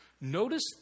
Notice